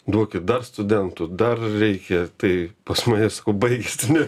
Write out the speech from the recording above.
duokit dar studentų dar reikia tai pas mane sakau baigėsi nebebėra